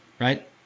Right